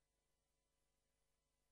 זאת כניעה לטרור.